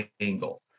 angle